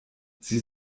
sie